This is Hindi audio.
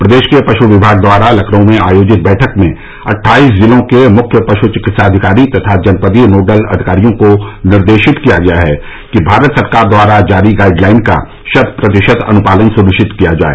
प्रदेश के पशु विभाग द्वारा लखनऊ में आयोजित बैठक में अट्ठाईस जिलों के मुख्य पश् चिकित्साधिकारी तथा जनपदीय नोडल अधिकारियों को निर्देशित किया गया कि भारत सरकार द्वारा जारी गाइड लाइन का शत प्रतिशत अनुपालन सुनिश्चित किया जाय